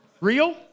real